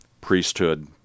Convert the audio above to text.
priesthood